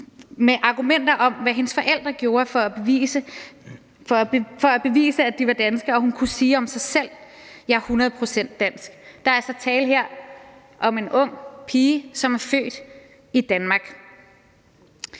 med argumenter om, hvad hendes forældre gjorde, for at bevise, at de var danske, og at hun kunne sige om sig selv: Jeg er hundrede procent dansk. Der er altså her tale om en ung pige, som er født i Danmark.